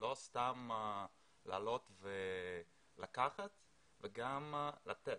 לא סתם לעלות ולקחת אלא גם לתת.